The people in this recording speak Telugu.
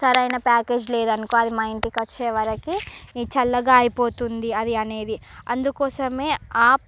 సరైన ప్యాకేజీ లేదు అనుకో అది మా ఇంటి వచ్చేవరికి చల్లగా అయిపోతుంది అది అనేది అందుకోసమే ఆప్